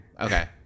okay